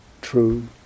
true